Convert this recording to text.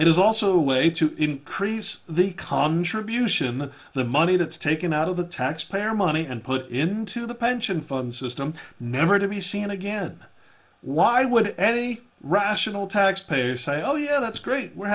is also a way to increase the contribution the money that's taken out of the taxpayer money and put into the pension fund system never to be seen again why would any rational tax payers say oh yeah that's great we're